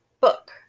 book